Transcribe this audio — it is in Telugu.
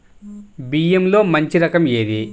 బియ్యంలో మంచి రకం ఏది?